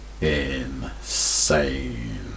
insane